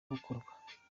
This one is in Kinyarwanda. gukorwa